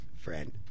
Friend